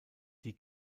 die